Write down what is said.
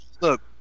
look